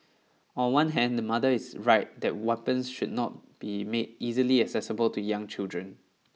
on one hand the mother is right that weapons should not be made easily accessible to young children